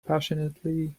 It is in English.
passionately